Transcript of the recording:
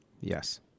Yes